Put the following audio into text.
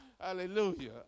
Hallelujah